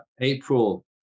April